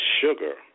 sugar